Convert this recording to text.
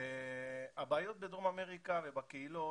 הבעיות בדרום אמריקה ובקהילות,